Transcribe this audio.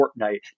Fortnite